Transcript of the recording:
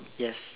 yes